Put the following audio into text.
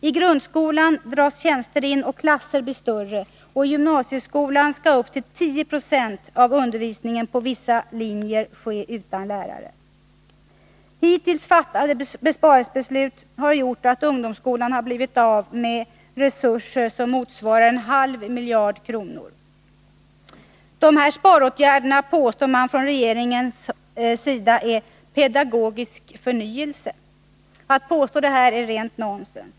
I grundskolan dras tjänster in och klasser blir större, och i gymnasieskolan skall upp till 10 26 av undervisningen på vissa linjer ske utan lärare. Hittills fattade besparingsbeslut har gjort att ungdomsskolan blivit av med resurser motsvarande en halv miljard kronor. Dessa sparåtgärder påstår man från regeringens sida är pedagogisk förnyelse. Att påstå det är rent nonsens.